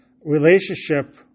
relationship